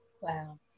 wow